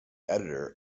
editor